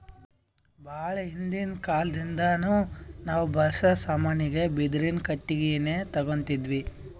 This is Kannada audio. ಭಾಳ್ ಹಿಂದಿನ್ ಕಾಲದಿಂದಾನು ನಾವ್ ಬಳ್ಸಾ ಸಾಮಾನಿಗ್ ಬಿದಿರಿನ್ ಕಟ್ಟಿಗಿನೆ ತೊಗೊತಿದ್ವಿ